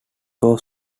was